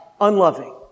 unloving